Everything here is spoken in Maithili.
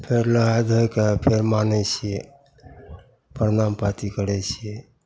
फेर नहा धोके फेर मानै छिए परनाम पाती करै छिए